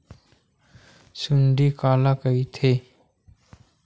सुंडी काला कइथे?